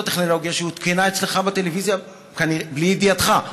הטכנולוגיה שהותקנה אצלך בטלוויזיה בלי ידיעתך,